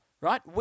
right